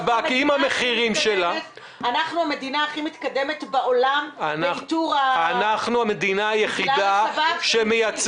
אנחנו המדינה הכי מתקדמת בעולם באיתור בגלל השב"כ?